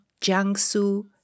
Jiangsu